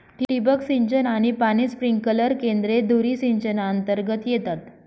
ठिबक सिंचन आणि पाणी स्प्रिंकलर केंद्रे धुरी सिंचनातर्गत येतात